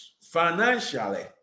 financially